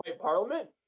Parliament